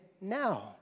now